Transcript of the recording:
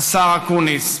השר אקוניס,